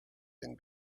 been